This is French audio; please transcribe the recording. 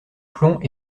plomb